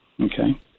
okay